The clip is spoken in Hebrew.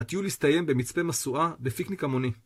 הטיול הסתיים במצפה משואה ופיקניק המוני.